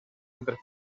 entre